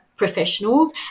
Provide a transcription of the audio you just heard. professionals